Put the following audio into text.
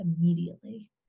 immediately